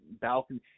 Balcony